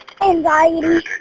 anxiety